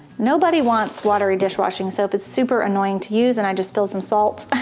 nobody wants watery dishwashing soap it's super annoying to use and i just spilled some salt,